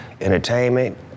entertainment